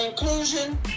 inclusion